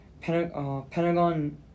Pentagon